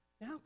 now